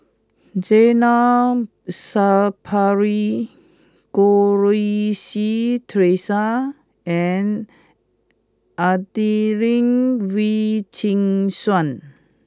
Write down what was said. Zainal Sapari Goh Rui Si Theresa and Adelene Wee Chin Suan